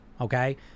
Okay